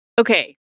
Okay